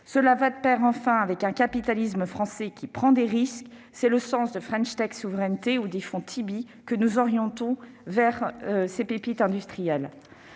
aller de pair, enfin, avec un capitalisme français qui prend des risques. C'est le sens du fonds « French Tech Souveraineté » ou des fonds « Tibi », que nous orientons vers ces pépites industrielles.